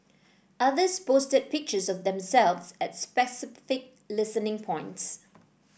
others posted pictures of themselves at specific listening points